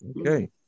okay